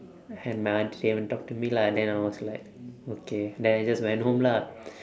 and my auntie didn't talk to me lah then I was like okay then I just went home lah